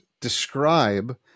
describe